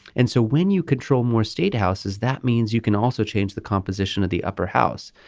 and so when you control more state houses that means you can also change the composition of the upper house.